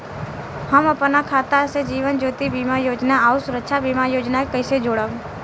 हम अपना खाता से जीवन ज्योति बीमा योजना आउर सुरक्षा बीमा योजना के कैसे जोड़म?